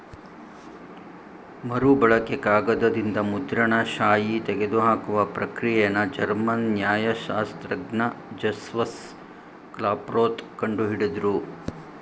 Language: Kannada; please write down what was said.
ಮರುಬಳಕೆ ಕಾಗದದಿಂದ ಮುದ್ರಣ ಶಾಯಿ ತೆಗೆದುಹಾಕುವ ಪ್ರಕ್ರಿಯೆನ ಜರ್ಮನ್ ನ್ಯಾಯಶಾಸ್ತ್ರಜ್ಞ ಜಸ್ಟಸ್ ಕ್ಲಾಪ್ರೋತ್ ಕಂಡು ಹಿಡುದ್ರು